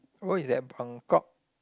oh it's at Buangkok